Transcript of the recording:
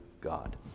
God